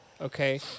Okay